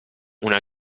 una